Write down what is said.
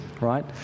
right